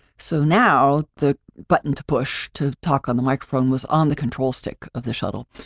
so now, the button to push to talk on the microphone was on the control stick of the shuttle.